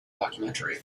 documentary